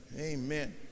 Amen